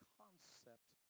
concept